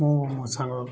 ମୁଁ ମୋ ସାଙ୍ଗ